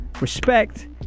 Respect